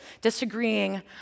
disagreeing